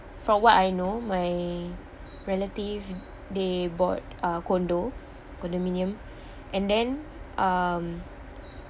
from what I know my relatives they bought a condo condominium and then um